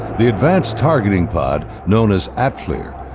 the advanced targeting pod, known as atflir,